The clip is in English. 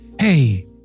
Hey